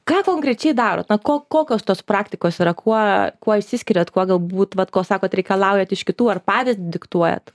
ką konkrečiai darot na ko kokios tos praktikos yra kuo kuo išsiskiriat kuo galbūt vat ko sakot reikalaujat iš kitų ar patys diktuojat